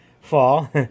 fall